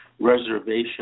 reservation